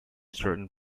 certain